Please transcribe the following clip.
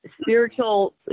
spiritual